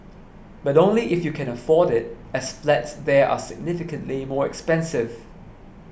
but only if you can afford it as flats there are significantly more expensive